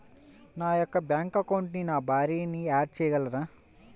నా యొక్క బ్యాంక్ అకౌంట్కి నా భార్యని యాడ్ చేయగలరా?